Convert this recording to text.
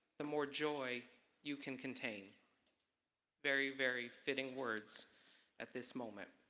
the more joy you can contain very very fitting words at this moment.